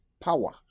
power